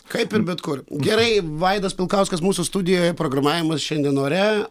kaip ir bet kur gerai vaidas pilkauskas mūsų studijoje programavimas šiandien ore